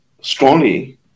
strongly